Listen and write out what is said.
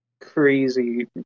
crazy